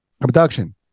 abduction